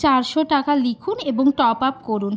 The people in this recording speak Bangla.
চারশো টাকা লিখুন এবং টপ আপ করুন